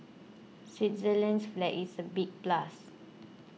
Switzerland's flag is a big plus